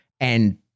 And-